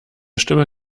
stimme